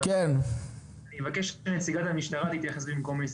אבל אני אבקש מנציגת המשטרה להתייחס במקומי,